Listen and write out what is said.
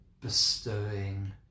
bestowing